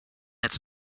its